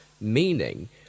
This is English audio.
meaning